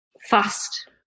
fast